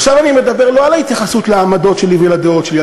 עכשיו אני מדבר לא על ההתייחסות לעמדות שלי ולדעות שלי.